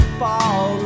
fall